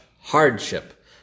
hardship